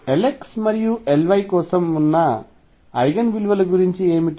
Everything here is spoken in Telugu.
Lx మరియు Ly కోసం ఉన్న ఐగెన్ విలువల గురించి ఏమిటి